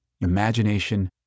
imagination